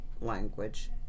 language